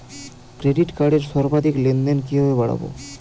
Credit কার্ডের সর্বাধিক লেনদেন কিভাবে বাড়াবো?